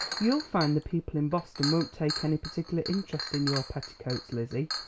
you'll find the people in boston won't take any particular interest in your petticoats, lizzie,